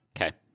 Okay